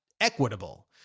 equitable